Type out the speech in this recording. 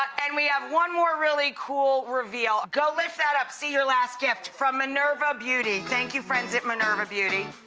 and we have one more really cool reveal. go lift that up, see your last gift from minerva beauty. thank you friends at minerva beauty.